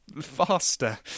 faster